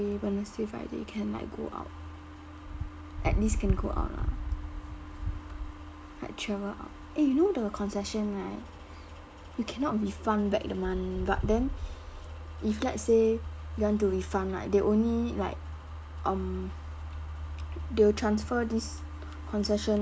wednesday friday can like go out at least can go out lah like travel out eh you know the concession right you cannot refund back the money but then if let's say you want to refund right they only like um they'll transfer this concession